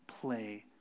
play